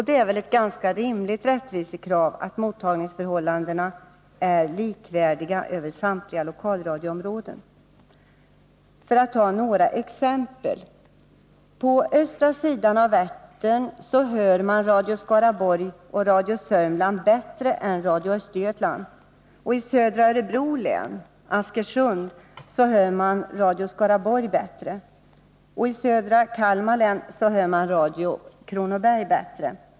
Det är väl ett ganska rimligt rättvisekrav att mottagningsförhållandena är likvärdiga över samtliga lokalradioområden. Några exempel: På östra sidan av Vättern hör man Radio Skaraborg och Radio Sörmland bättre än Radio Östergötland. I södra Örebro län — Askersund — hör man Radio Skaraborg bättre. I södra Kalmar län hör man Radio Kronoberg bättre.